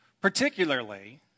Particularly